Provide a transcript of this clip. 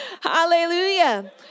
Hallelujah